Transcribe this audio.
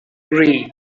read